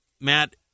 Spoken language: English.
Matt